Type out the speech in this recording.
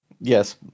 Yes